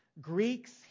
Greeks